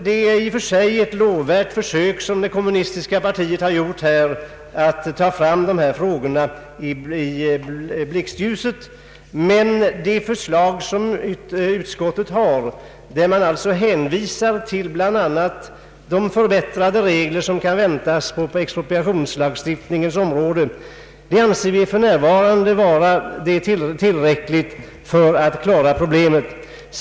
Det är i och för sig ett lovvärt försök som det kommunistiska partiet har gjort här genom att ta fram dessa frågor i rampljuset, men det förslag som utskottet har och som hänvisar till bl.a. de förbättrade regler som kan väntas på expropriationslagstiftningens område anser vi för närvarande tillräckligt för att lösa problemen.